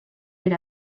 per